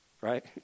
Right